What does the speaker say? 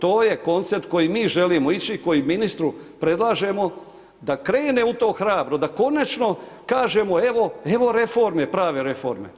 To je koncept koji mi želimo ići, koji ministru predlažemo da krene u to hrabro, da konačno kažemo evo reforme, prave reforme.